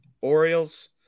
Orioles